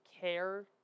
care